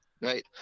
right